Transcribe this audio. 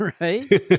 right